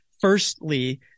firstly